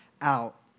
out